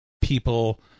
people